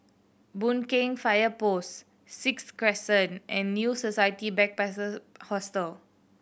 Boon Keng Fire Post Sixth Crescent and New Society Hostel